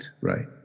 right